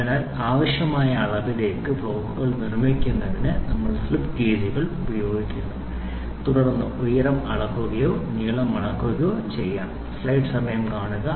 അതിനാൽ ആവശ്യമായ അളവിലേക്ക് ബ്ലോക്കുകൾ നിർമ്മിക്കുന്നതിന് നമ്മൾ സ്ലിപ്പ് ഗേജുകൾ ഉപയോഗിക്കുന്നു തുടർന്ന് ഉയരം അളക്കുകയോ നീളം അളക്കുകയോ ശ്രമിക്കുക